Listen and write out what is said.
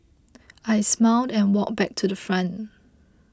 I smiled and walked back to the front